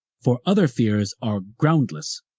for other fears are groundless,